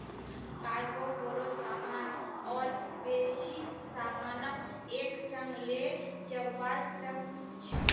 cargo बोरो सामान और बेसी सामानक एक संग ले जव्वा सक छ